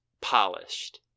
polished